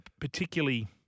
particularly